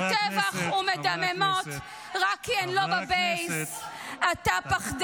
כי אתה יודע